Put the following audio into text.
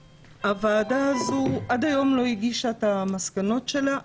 הוועדה הזו עד היום לא הגישה את המסקנות שלה.